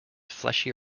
fleshy